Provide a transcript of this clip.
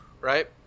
right